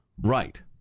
Right